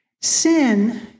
Sin